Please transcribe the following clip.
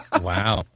Wow